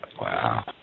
Wow